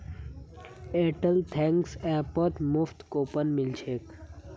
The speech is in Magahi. एयरटेल थैंक्स ऐपत मुफ्त कूपन मिल छेक